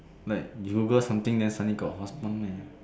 like you Google something then something got fun leh